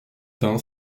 teint